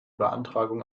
beantragung